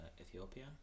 Ethiopia